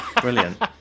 brilliant